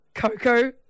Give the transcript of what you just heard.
Coco